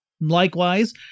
Likewise